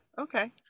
Okay